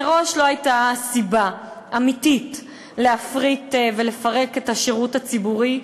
מראש לא הייתה סיבה אמיתית להפריט ולפרק את השידור הציבורי.